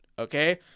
Okay